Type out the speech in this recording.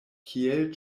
kiel